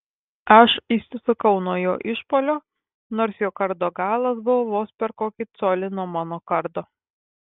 aš išsisukau nuo jo išpuolio nors jo kardo galas buvo vos per kokį colį nuo mano kardo